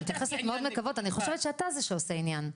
אני מתייחס מאוד בכבוד ואני חושבת שאתה זה שעושה עניין,